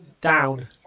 Down